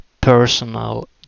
personal